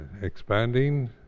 expanding